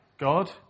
God